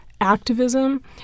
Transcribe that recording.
activism